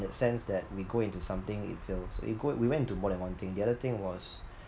that sense that we go into something it fails it go we went into more than one thing the other thing was